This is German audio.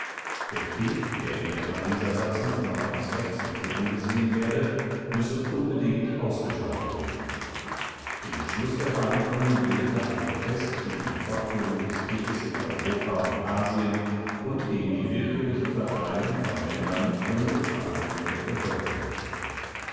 der krieg der in der pariser satzung noch als rechtsmittel angesehen werde müsse unbedingt ausgeschaltet werden den schluß der verhandlungen bildete ein protest gegen die fortführung des krieges in europa und asien und gegen die willkürliche verteilung von ländern ohne befragung der bevölkerung